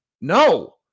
No